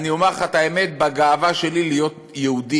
אני אומר לך את האמת, בגאווה שלי להיות יהודי,